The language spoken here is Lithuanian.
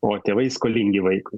o tėvai skolingi vaikui